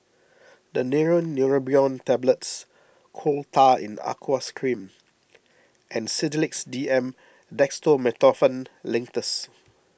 Daneuron Neurobion Tablets Coal Tar in Aqueous Cream and Sedilix D M Dextromethorphan Linctus